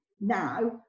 now